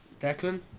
Declan